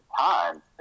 Time